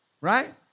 Right